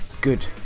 good